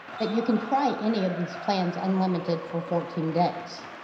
but you can try any of these plans unlimited for fourteen days.